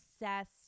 obsessed